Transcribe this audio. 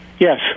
Yes